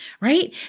right